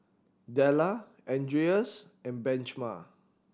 Della Andreas and Benjman